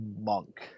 Monk